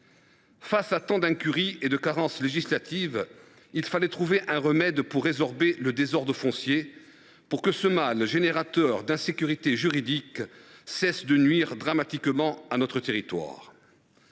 Face à tant d’incurie, face à une telle carence législative, il fallait trouver un remède pour résorber le désordre foncier, pour que ce mal générateur d’insécurité juridique cesse de nuire dramatiquement à notre territoire.